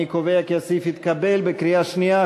אני קובע כי הסעיף התקבל בקריאה שנייה.